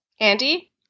Andy